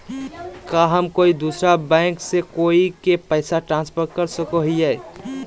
का हम कोई दूसर बैंक से कोई के पैसे ट्रांसफर कर सको हियै?